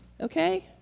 okay